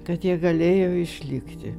kad jie galėjo išlikti